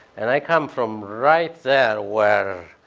and i come from right there where.